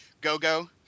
go-go